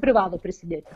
privalo prisidėti